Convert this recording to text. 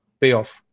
payoff